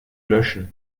löschen